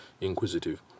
inquisitive